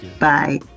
Bye